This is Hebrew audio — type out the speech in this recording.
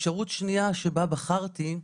ואפשרות שנייה שבה בחרתי,